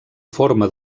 forma